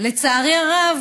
לצערי הרב,